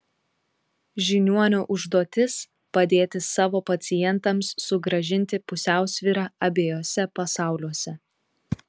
žiniuonio užduotis padėti savo pacientams sugrąžinti pusiausvyrą abiejuose pasauliuose